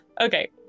Okay